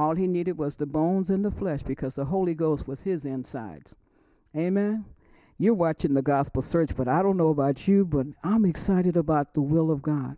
all he needed was the bones in the flesh because the holy ghost was his insides amma you're watching the gospel search but i don't know about you but i'm excited about the will of god